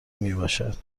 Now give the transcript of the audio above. میباشد